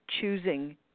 choosing